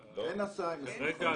אין הסעה עם 25 ילדים.